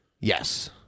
Yes